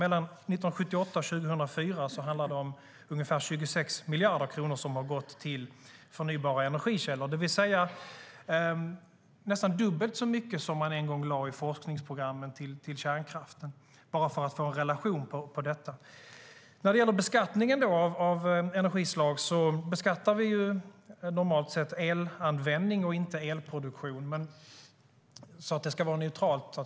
Mellan 1978 och 2004 handlar det om ungefär 26 miljarder kronor som har gått till förnybara energikällor, det vill säga nästan dubbelt så mycket som man en gång lade i forskningsprogrammen på kärnkraften - bara för att få en relation. När det gäller energiskatt beskattar vi normalt sett elanvändning och inte elproduktion, för det ska vara neutralt.